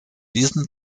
diesem